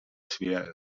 schwer